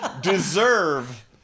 deserve